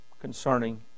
concerning